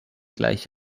gleich